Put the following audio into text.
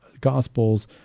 Gospels